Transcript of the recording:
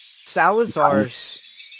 Salazar's